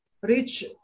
rich